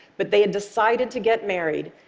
but they had decided to get married,